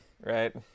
right